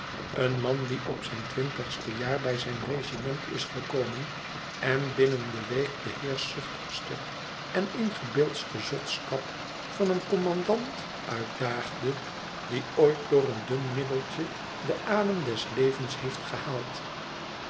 een man die op zijn twintigste jaar bij zijn regiment is gekomen en binnen de week den heerschzuchtigsten en ingebeeldsten zotskap van een kommandant uitdaagde die ooit door een dun middeltje den adem des levens heeft gehaald